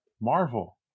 Marvel